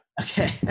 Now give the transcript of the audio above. okay